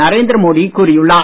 நரேந்திர மோடி கூறியுள்ளார்